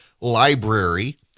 library